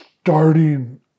starting